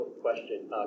question